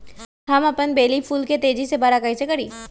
हम अपन बेली फुल के तेज़ी से बरा कईसे करी?